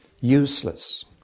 useless